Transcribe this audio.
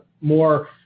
more